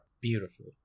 Beautiful